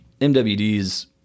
MWDs